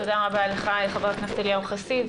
תודה רבה לך, חבר הכנסת אליהו חסיד.